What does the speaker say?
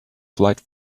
flight